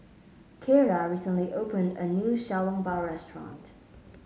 Keira recently opened a new Xiao Long Bao restaurant